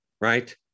right